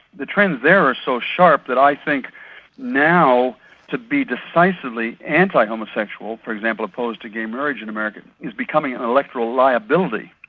the trends there are so sharp that i think now to be decisively anti-homosexual, for example opposed to gay marriage in america, is becoming an electoral liability.